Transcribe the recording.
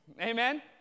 Amen